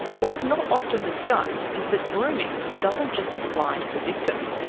what's not often discussed is that grooming doesn't just apply to the victim.